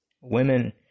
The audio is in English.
Women